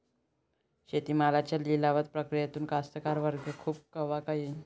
शेती मालाच्या लिलाव प्रक्रियेत कास्तकार वर्ग खूष कवा होईन?